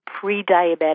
pre-diabetic